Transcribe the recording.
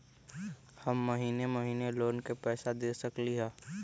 हम महिने महिने लोन के पैसा दे सकली ह?